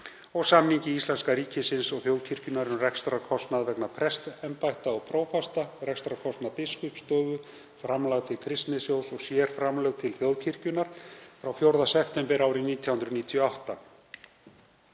og samningi íslenska ríkisins og þjóðkirkjunnar um rekstrarkostnað vegna prestsembætta og prófasta, rekstrarkostnað biskupsstofu, framlag til Kristnisjóðs og sérframlög til þjóðkirkjunnar frá 4. september 1998.